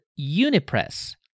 Unipress